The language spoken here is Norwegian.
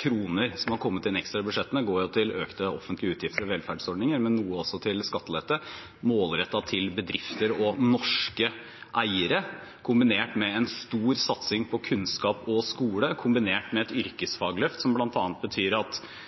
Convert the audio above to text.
kroner som har kommet inn ekstra i budsjettene, til økte offentlige utgifter og velferdsordninger, men noe også til skattelette målrettet til bedrifter og norske eiere – kombinert med en stor satsing på kunnskap og skole, kombinert med et yrkesfagløft, som bl.a. betyr at